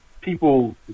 people